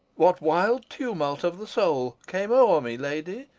what wild tumult of the soul came o'er me, lady,